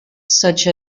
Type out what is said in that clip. such